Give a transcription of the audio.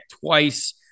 twice